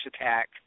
attack –